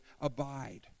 abide